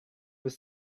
was